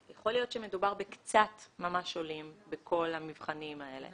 יכול להיות שמדובר ממש בקצת עולים בכל המבחנים האלה,